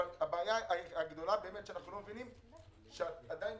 אבל הבעיה הגדולה שאנחנו לא מבינים ואת עדיין